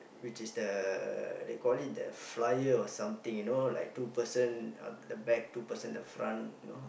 which is the they call it the flyer or something you know like two person the back two person the front you know